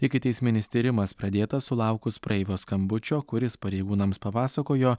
ikiteisminis tyrimas pradėtas sulaukus praeivio skambučio kuris pareigūnams papasakojo